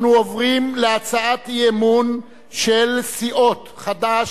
אנחנו עוברים להצעת האי-אמון של סיעות חד"ש,